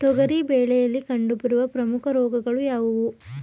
ತೊಗರಿ ಬೆಳೆಯಲ್ಲಿ ಕಂಡುಬರುವ ಪ್ರಮುಖ ರೋಗಗಳು ಯಾವುವು?